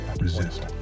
resist